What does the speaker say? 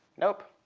nope.